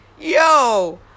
yo